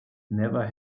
never